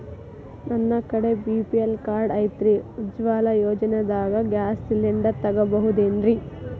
ನನ್ನ ಕಡೆ BPL card ಐತ್ರಿ, ಉಜ್ವಲಾ ಯೋಜನೆದಾಗ ಗ್ಯಾಸ್ ಸಿಲಿಂಡರ್ ತೊಗೋಬಹುದೇನ್ರಿ?